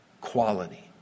Quality